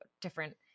different